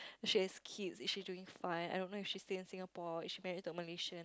does she has kids is she doing fine I don't know if she stay in Singapore is she married to a Malaysian